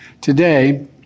Today